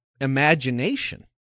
imagination